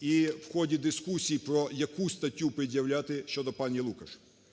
і в ході дискусії про яку статтю пред'являти щодо пані Лукаш.